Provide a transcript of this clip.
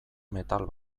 metal